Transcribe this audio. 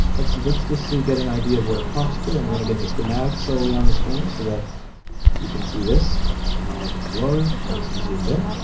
let's see. let's just get an idea of what it talks to. i'm gonna get the schematics solely on the screen so that you can see this and all of its glory, nice and zoomed in.